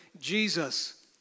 Jesus